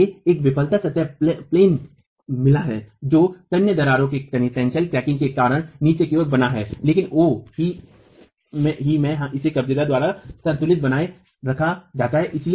इसे एक विफलता सतह मिला है जो तन्य दरार के कारण नीचे की ओर बना है लेकिन O ही में इसे कब्जेदार द्वारा संतुलन बनाए रखा जाता है